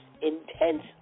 Intense